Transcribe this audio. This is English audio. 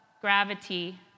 gravity